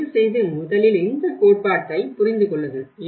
தயவுசெய்து முதலில் இந்த கோட்பாட்டைப் புரிந்து கொள்ளுங்கள்